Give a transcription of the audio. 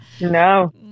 No